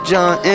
John